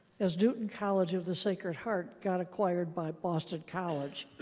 as newton college of the sacred heart got acquired by boston college.